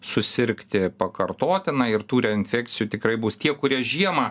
susirgti pakartotinai ir tų reinfekcijų tikrai bus tie kurie žiemą